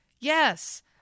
Yes